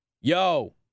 Yo